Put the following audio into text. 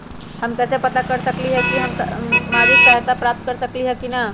हम कैसे पता कर सकली ह की हम सामाजिक सहायता प्राप्त कर सकली ह की न?